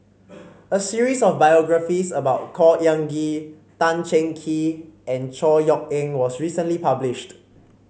a series of biographies about Khor Ean Ghee Tan Cheng Kee and Chor Yeok Eng was recently published